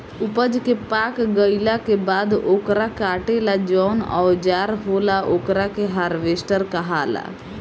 ऊपज के पाक गईला के बाद ओकरा काटे ला जवन औजार होला ओकरा के हार्वेस्टर कहाला